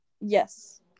Yes